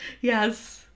Yes